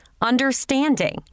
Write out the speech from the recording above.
Understanding